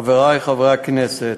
חברי חברי הכנסת,